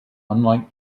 unlike